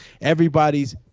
everybody's